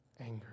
anger